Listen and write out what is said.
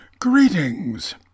Greetings